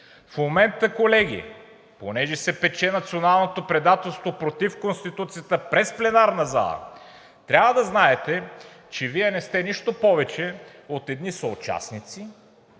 В момента, колеги, понеже се пече националното предателство против Конституцията през пленарната зала, трябва да знаете, че Вие не сте нищо повече от едни съучастници,